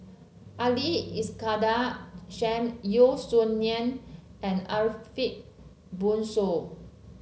Ali Iskandar Shah Yeo Song Nian and Ariff Bongso